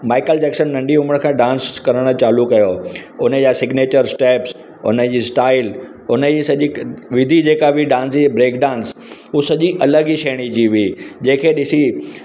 Michael Jackson नंढी उमिरि खां डांस करणु चालू कयो उनजा सिग्नेचर स्टैप्स उनजी स्टाइल हुनजी सॼी विधी जेका बि डांस जीअं ब्रेक डांस उहो सॼी अलॻि ई श्रेणी जी हुई जेके ॾिसी